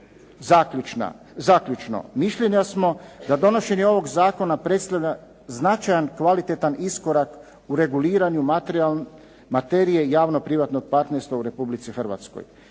Zaključno. Mišljenja smo da donošenje ovog zakona predstavlja značajan, kvalitetan iskorak u reguliranju materije javno-privatnog partnerstva u Republici Hrvatskoj,